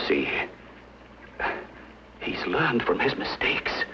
see he's learned from his mistakes